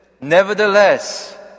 Nevertheless